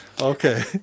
Okay